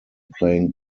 playing